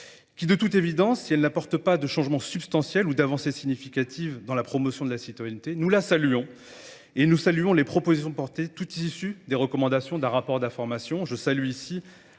qui de toute évidence, si elle n'apporte pas de changement substantiel ou d'avancée significative dans la promotion de la citoyenneté, nous la saluons, et nous saluons les propositions portées toutes issues des recommandations d'un rapport d'information.